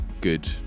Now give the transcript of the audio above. good